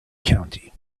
county